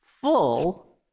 Full